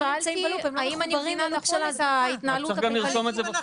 אני פשוט שאלתי אם אני מבינה נכון את ההתנהלות הכלכלית.